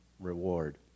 reward